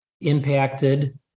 impacted